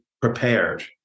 prepared